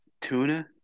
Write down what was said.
Tuna